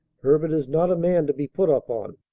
herbert is not a man to be put upon.